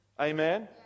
Amen